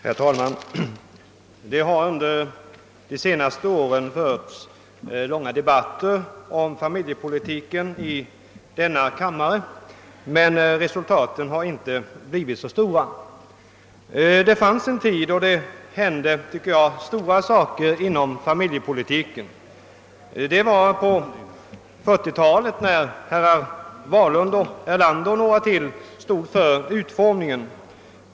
Herr talman! Det har under de senaste åren förts långa debatter i denna kammare om familjepolitiken, men resultaten har inte blivit så stora. Det fanns en tid då det hände, tycker jag, stora saker inom familjepolitiken. Det var på 1940-talet när herrar Wahlund, Erlander och några till stod för utformningen.